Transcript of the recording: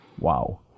Wow